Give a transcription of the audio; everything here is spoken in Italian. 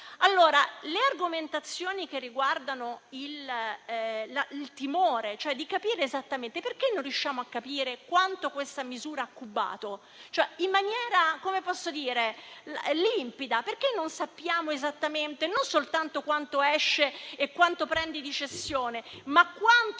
le argomentazioni riguardano il timore di capire esattamente, perché non riusciamo a capire quanto questa misura ha cubato in maniera limpida. Perché non sappiamo esattamente non soltanto quanto esce e quanto si prende di cessione, ma quanto